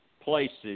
places